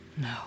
no